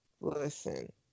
listen